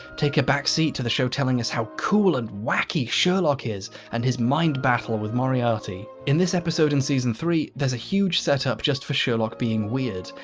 take a back seat to the show telling us how cool and wacky sherlock is, and his mind battle with moriarty. in this episode in season three there's a huge set up just for sherlock being weird.